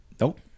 Nope